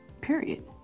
period